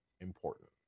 important